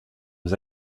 aux